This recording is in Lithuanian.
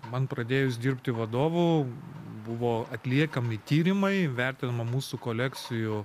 man pradėjus dirbti vadovu buvo atliekami tyrimai vertinama mūsų kolekcijų